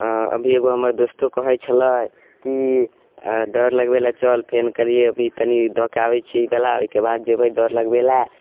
अँ अभी एगो हमर दोस्तो कहै छलै कि अँ दौड़ लगबैले चल फेर कहलिए अभी तनि दऽके आबै छी बला ओहिके बाद जेबै दौड़ लगबैले